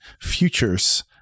futures